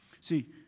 See